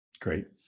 Great